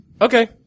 Okay